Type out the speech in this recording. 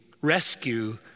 rescue